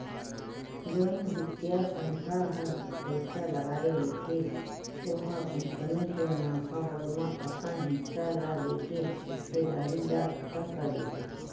जउन बित्तीय संस्था ह पइसा लगाय रहिथे ओ ह कंपनी के मुनाफा होए म अपन हिस्सा ल लेके हिस्सेदारी ल खतम कर देथे